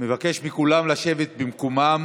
אבקש מכולם לשבת במקומם